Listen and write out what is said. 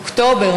אוקטובר,